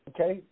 Okay